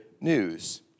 news